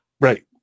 Right